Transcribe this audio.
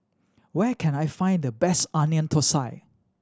where can I find the best Onion Thosai